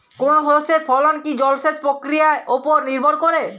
কোনো শস্যের ফলন কি জলসেচ প্রক্রিয়ার ওপর নির্ভর করে?